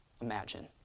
imagine